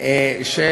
של